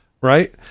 right